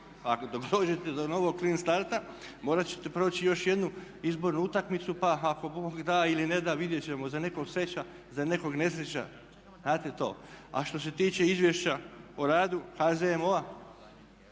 a dok dođete do novog clean starta morat ćete proći još jednu izbornu utakmicu, pa ako bog da ili ne da vidjet ćemo, za nekog sreća, za nekog nesreća. Znate to. A što se tiče Izvješća o radu HZMO-a